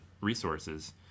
resources